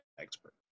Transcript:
expert